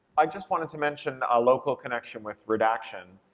i just wanted to mention a local connection with redaction.